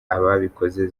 ababikoze